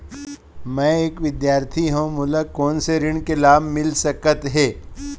मैं एक विद्यार्थी हरव, मोला कोन से ऋण के लाभ मिलिस सकत हे?